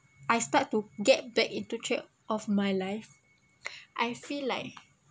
I start to get back into track of my life I feel like